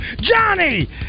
Johnny